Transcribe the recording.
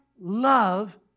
love